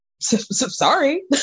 Sorry